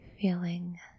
feeling